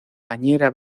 bañera